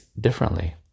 differently